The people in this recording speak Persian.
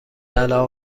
علاقه